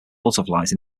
butterflies